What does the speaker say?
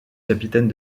capitaine